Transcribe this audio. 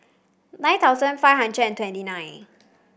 nine thousand five hundred and twenty nine